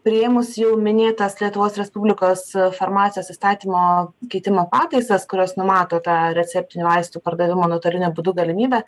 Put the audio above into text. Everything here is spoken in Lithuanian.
priėmus jau minėtas lietuvos respublikos farmacijos įstatymo keitimo pataisas kurios numato tą receptinių vaistų pardavimo nuotoliniu būdu galimybę